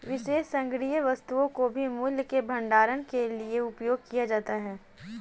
विशेष संग्रहणीय वस्तुओं को भी मूल्य के भंडारण के लिए उपयोग किया जाता है